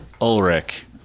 Ulrich